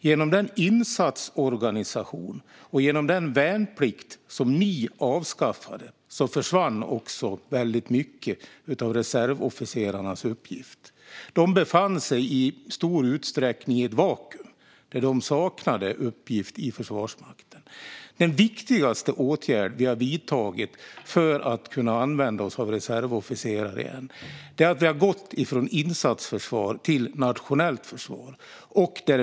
Med den insatsorganisation och den värnplikt som ni avskaffade, Jörgen Berglund, försvann också mycket av reservofficerarnas uppgifter. De befann sig i stor utsträckning i ett vakuum där de saknade uppgift i Försvarsmakten. Den viktigaste åtgärd vi har vidtagit för att kunna använda oss av reservofficerare igen är att vi har gått från insatsförsvar till nationellt försvar.